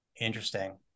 interesting